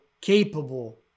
capable